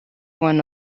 one